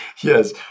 Yes